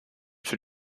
für